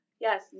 Yes